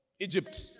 Egypt